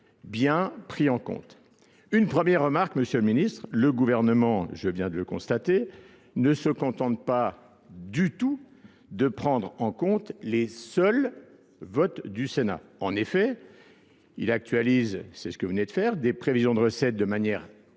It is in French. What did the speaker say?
bien pris en compte. Une première remarque, Monsieur le Ministre, le gouvernement, je viens de le constater, ne se contente pas du tout de prendre en compte les seuls votes du Sénat. En effet, Il actualise, c'est ce que vous venez de faire, des prévisions de recette de manière totalement